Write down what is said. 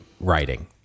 writing